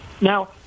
Now